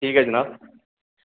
ठीक ऐ जनाब